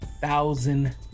thousand